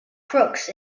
crooks